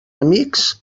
amics